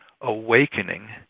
awakening